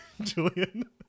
Julian